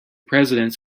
presidents